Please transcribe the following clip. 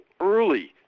early